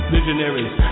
Visionaries